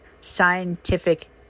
scientific